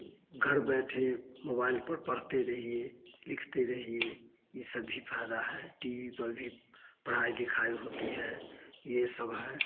घर बैठे मोबाइल पर पढ़ते रहिए लिखते रहिए यह सब भी फ़ायदा है टी वी पर भी पढ़ाई लिखाई होती है यह सब है